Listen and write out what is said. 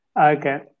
okay